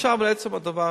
עכשיו לעצם הדבר.